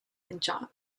and